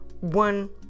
one